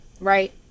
right